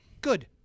Good